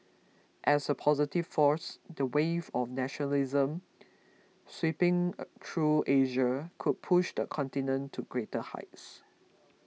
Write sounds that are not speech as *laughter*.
as a positive force the wave of nationalism sweeping *hesitation* through Asia could push the continent to greater heights